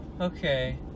okay